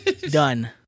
Done